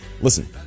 Listen